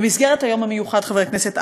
במסגרת היום המיוחד, חבר הכנסת עמאר,